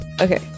Okay